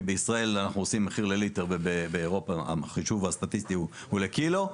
כי בישראל אנחנו עושים מחיר לליטר ובאירופה החישוב הסטטיסטי הוא לקילו.